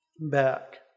back